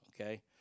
okay